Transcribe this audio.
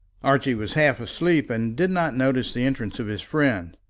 archie was half asleep, and did not notice the entrance of his friend.